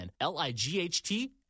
L-I-G-H-T